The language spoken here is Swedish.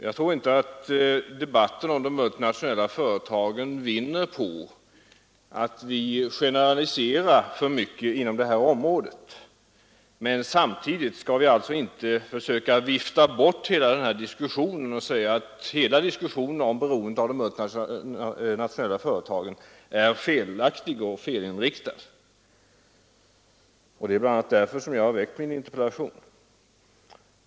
Jag tror inte att debatten om de multinationella företagen vinner på att vi generaliserar för mycket inom detta område. Men samtidigt skall vi inte försöka ”vifta bort” hela denna diskussion om beroendet av de multinationella företagen och säga att den debatten är felaktig och fel riktad. Det är bl.a. därför jag framställt min interpellation.